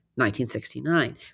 1969